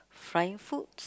fried foods